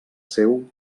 seu